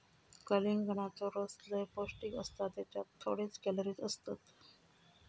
कलिंगडाचो रस लय पौंष्टिक असता त्येच्यात थोडेच कॅलरीज असतत